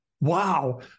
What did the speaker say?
wow